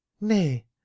Nay